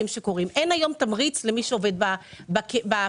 אין היום תמריץ למי שעובד בפריפריות.